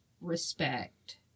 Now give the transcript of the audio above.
respect